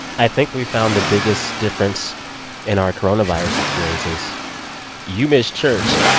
i think we found the biggest difference in our coronavirus experiences you miss church.